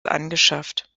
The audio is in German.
angeschafft